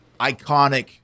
iconic